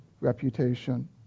reputation